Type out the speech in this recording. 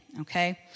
Okay